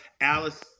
Alice